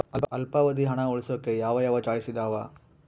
ಅಲ್ಪಾವಧಿ ಹಣ ಉಳಿಸೋಕೆ ಯಾವ ಯಾವ ಚಾಯ್ಸ್ ಇದಾವ?